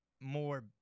more